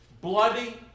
bloody